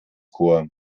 chor